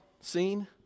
seen